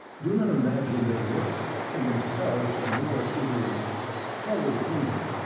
do not imagine that works in themselves merit either hell or the kingdom.